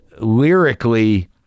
lyrically